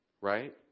right